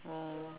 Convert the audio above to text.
oh